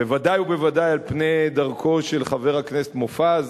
ובוודאי ובוודאי על פני דרכו של חבר הכנסת מופז,